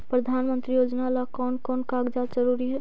प्रधानमंत्री योजना ला कोन कोन कागजात जरूरी है?